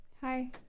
Hi